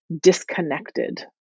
disconnected